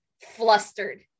flustered